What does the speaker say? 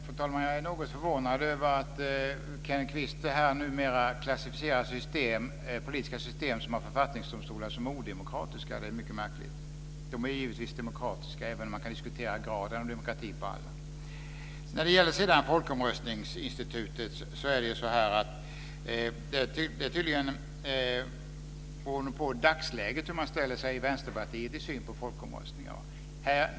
Fru talman! Jag är något förvånad över att Kenneth Kvist numera klassificerar politiska system som har författningsdomstolar som odemokratiska. Det är mycket märkligt. De är givetvis demokratiska även om man kan diskutera graden av demokrati. Det beror uppenbarligen på dagsläget hur man i Vänsterpartiet ställer sig till synen på folkomröstningsinstitutet.